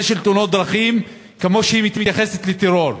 תאונות הדרכים כמו שהיא מתייחסת לטרור,